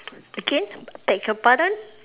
again beg your pardon